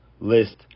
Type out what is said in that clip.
list